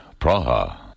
Praha